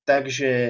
Takže